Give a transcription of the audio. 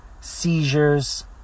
seizures